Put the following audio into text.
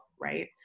right